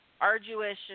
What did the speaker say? arduous